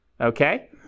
Okay